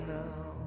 now